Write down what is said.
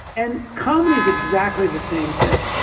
and comedy is exactly the same thing.